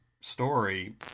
story